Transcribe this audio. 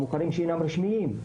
המוכרים שאינם רשמיים.